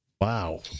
Wow